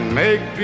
make